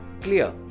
clear